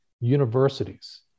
universities